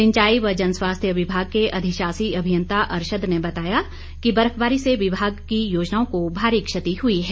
सिंचाई व जनस्वास्थ्य विभाग के अधिशासी अभियंता अरशद ने बताया कि बर्फबारी से विभाग की योजनाओं को भारी क्षति हुई है